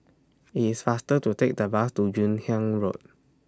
IT IS faster to Take The Bus to Hun Yeang Road